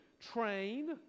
train